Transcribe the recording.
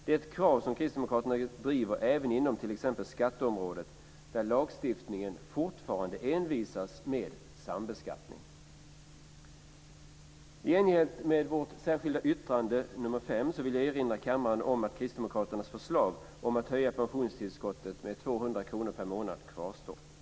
Det är ett krav som kristdemokraterna driver även inom t.ex. skatteområdet, där man i lagstiftningen fortfarande envisas med sambeskattning. I enlighet med vårt särskilda yttrande nr 5 vill jag erinra kammaren om kristdemokraternas förslag om att höja pensionstillskottet med 200 kronor per månad kvarstår. Fru talman!